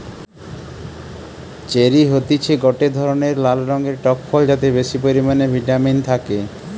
cherry হতিছে গটে ধরণের লাল রঙের টক ফল যাতে বেশি পরিমানে ভিটামিন থাকে